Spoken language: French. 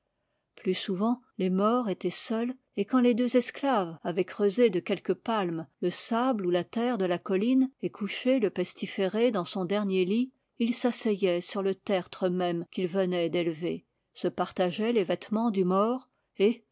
plus souvent les morts étaient seuls et quand les deux esclaves avaient creusé de quelques palmes le sable ou la terre de la colline et couché le pestiféré dans son dernier lit ils s'asseyaient sur le tertre même qu'ils venaient d'élever se partageaient les vêtemens du mort et